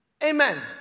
Amen